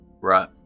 Right